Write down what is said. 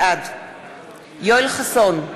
בעד יואל חסון,